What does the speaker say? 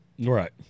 Right